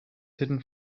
hidden